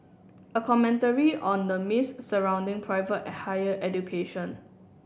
a commentary on the myths surrounding private a higher education